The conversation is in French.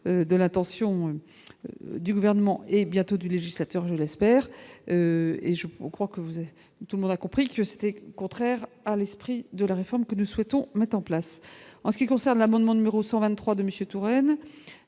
de l'attention du gouvernement et bientôt du législateur, je l'espère et je crois que vous avez tout le monde a compris que c'était contraire à l'esprit de la réforme que nous souhaitons mettre en place en ce qui concerne l'amendement numéro 123 de Monsieur